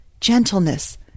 gentleness